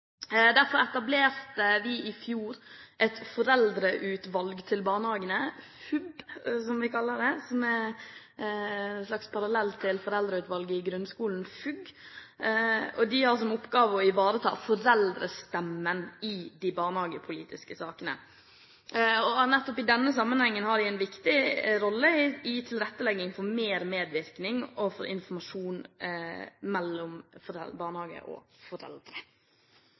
Derfor etablerte vi i fjor et foreldreutvalg for barnehager, FUB – som vi kaller det, som er en slags parallell til Foreldreutvalget for grunnopplæringen, FUG – og de har som oppgave å ivareta foreldrestemmen i de barnehagepolitiske sakene. Nettopp i denne sammenheng har de en viktig rolle i tilrettelegging for mer medvirkning og for informasjon mellom barnehage og foreldre.